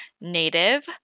Native